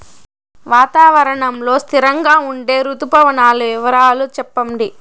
వాతావరణం లో స్థిరంగా ఉండే రుతు పవనాల వివరాలు చెప్పండి?